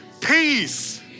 peace